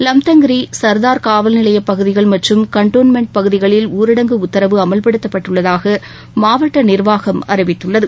லம்தங்கிரி சர்தார் காவல் நிலையப்பகுதிகள் மற்றும் கண்டோன்மென்ட் பகுதிகளில் ஊரடங்கு உத்தரவு அமல்படுத்தப்பட்டுள்ளதாக மாவட்ட நிர்வாகம் அறிவித்துள்ளது